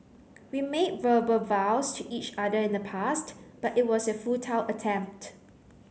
we made verbal vows to each other in the past but it was a futile attempt